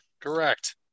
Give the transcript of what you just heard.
Correct